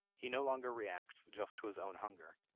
he no longer reacts just to his own hunger,